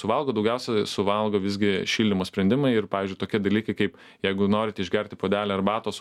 suvalgo daugiausia suvalgo visgi šildymo sprendimai ir pavyzdžiui tokie dalykai kaip jeigu norite išgerti puodelį arbatos